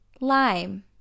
lime